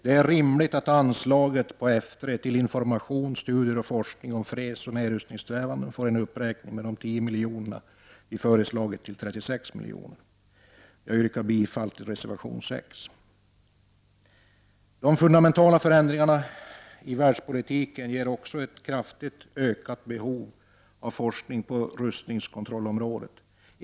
Det är rimligt att anslaget under F 3 till Information, studier och forskning om fredsoch nedrustningssträvanden får en uppräkning med 10 milj.kr. till 36 milj.kr., som vi har föreslagit. Jag yrkar bifall till reservation 6. De fundamentala förändringarna i världspolitiken ger också ett kraftigt ökat behov av forskning på rustningskontrollområdet.